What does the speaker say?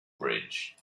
bridge